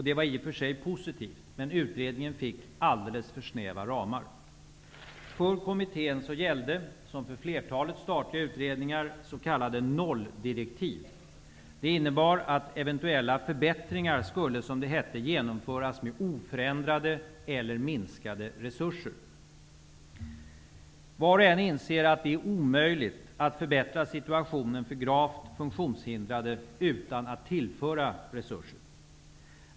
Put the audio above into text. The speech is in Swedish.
Det var i och för sig positivt. Men utredningen fick alltför snäva ramar. För kommittén gällde, som för flertalet statliga utredningar, s.k. nolldirektiv. Det innebar att eventuella förbättringar skulle, som det hette, genomföras med oförändrade eller minskade resurser. Var och en inser att det är omöjligt att förbättra situationen för gravt funktionshindrade utan att tillföra resurser.